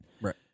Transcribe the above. Right